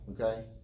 okay